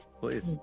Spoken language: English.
please